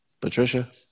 Patricia